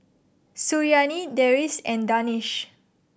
Suriani Deris and Danish